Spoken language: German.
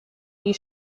die